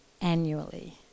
annually